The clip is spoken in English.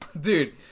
Dude